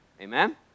Amen